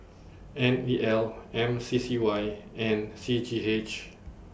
N E L M C C Y and C G H